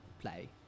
play